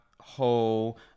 whole